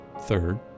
Third